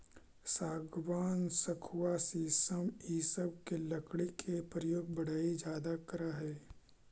सागवान, सखुआ शीशम इ सब के लकड़ी के प्रयोग बढ़ई ज्यादा करऽ हई